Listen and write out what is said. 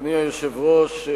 אדוני היושב-ראש,